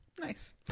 Nice